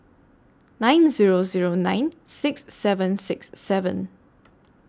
nine Zero Zero nine six seven six seven